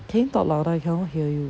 can you talk louder I cannot hear you